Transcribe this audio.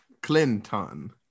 Clinton